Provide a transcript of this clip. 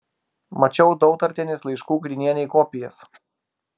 mačiau dautartienės laiškų grinienei kopijas